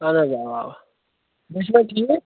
اَہن حظ اَوا اَوا یہِ چھُ نہ ٹھیٖک